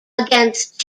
against